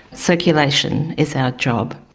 circulation is our job.